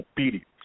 Obedience